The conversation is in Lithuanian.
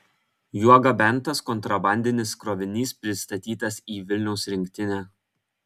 juo gabentas kontrabandinis krovinys pristatytas į vilniaus rinktinę